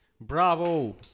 Bravo